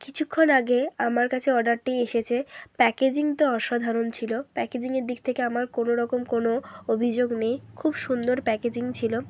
কিছুক্ষণ আগে আমার কাছে অর্ডারটি এসেছে প্যাকেজিং তো অসাধারণ ছিলো প্যাকেজিংয়ের দিক থেকে আমার কোনো রকম কোনো অভিযোগ নেই খুব সুন্দর প্যাকেজিং ছিলো